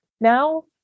Now